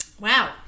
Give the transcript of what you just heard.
wow